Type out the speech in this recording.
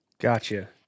Gotcha